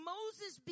Moses